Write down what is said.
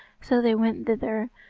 so they went thither,